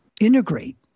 integrate